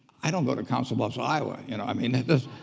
i don't go to council bluffs, iowa. and i mean